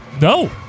No